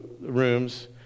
rooms